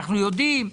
אנחנו יודעים.